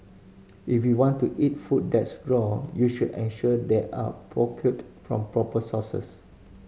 if you want to eat food that's raw you should ensure they are procured from proper sources